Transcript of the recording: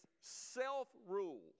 self-rule